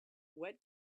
what